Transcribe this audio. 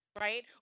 right